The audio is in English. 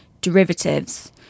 derivatives